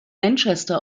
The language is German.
manchester